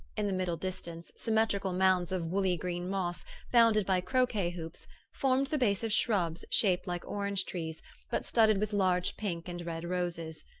in the middle distance symmetrical mounds of woolly green moss bounded by croquet hoops formed the base of shrubs shaped like orange-trees but studded with large pink and red roses.